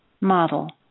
model